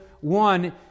One